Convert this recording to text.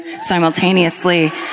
simultaneously